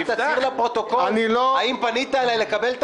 -- רק תצהיר לפרוטוקול האם פנית אליי לקבל את